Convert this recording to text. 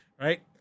right